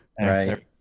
Right